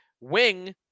Wing